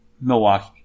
Milwaukee